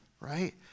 right